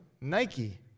Nike